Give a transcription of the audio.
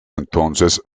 entonces